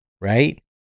Right